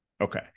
Okay